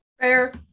Fair